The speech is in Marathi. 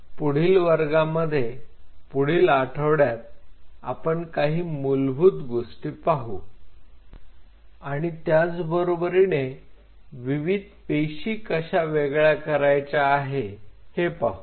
पुढील वर्गामध्ये पुढील आठवड्यात आपण काही मूलभूत गोष्टी पाहू आणि त्याच बरोबरीने विविध पेशी कशा वेगळे करायच्या आहे हे पाहू